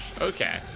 Okay